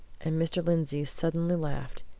and mr. lindsey suddenly laughed.